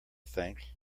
think